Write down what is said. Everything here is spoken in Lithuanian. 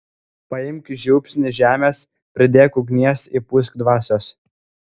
paimk žiupsnį žemės pridėk ugnies įpūsk dvasios